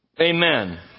Amen